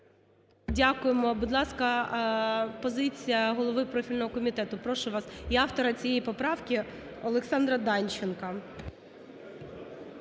Дякуємо. Будь ласка, позиція голови профільного комітету. Прошу вас. І автора цієї поправки Олександра Данченка.